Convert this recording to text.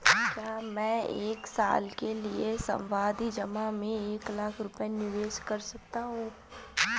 क्या मैं एक साल के लिए सावधि जमा में एक लाख रुपये निवेश कर सकता हूँ?